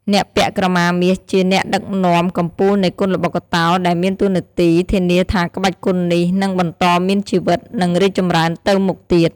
អ្នកពាក់ក្រមាមាសជាអ្នកដឹកនាំកំពូលនៃគុនល្បុក្កតោ ដែលមានតួនាទីធានាថាក្បាច់គុននេះនឹងបន្តមានជីវិត និងរីកចម្រើនទៅមុខទៀត។